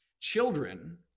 Children